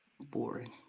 boring